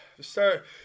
start